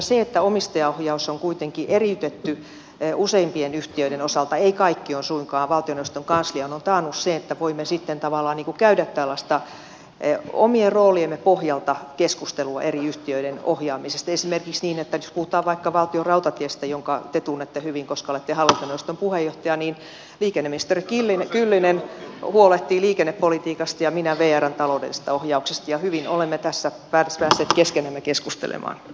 se että omistajaohjaus on kuitenkin eriytetty useimpien yhtiöiden osalta kaikki ei ole suinkaan valtioneuvoston kanslian on taannut sen että voimme sitten tavallaan käydä omien rooliemme pohjalta tällaista keskustelua eri yhtiöiden ohjaamisesta esimerkiksi niin että jos puhutaan vaikka valtionrautateistä jonka te tunnette hyvin koska olette hallintoneuvoston puheenjohtaja niin liikenneministeri kyllönen huolehtii liikennepolitiikasta ja minä vrn taloudellisesta ohjauksesta ja hyvin olemme tässä päässeet keskenämme keskustelemaan